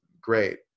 great